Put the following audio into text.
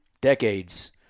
decades